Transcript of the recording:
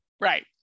Right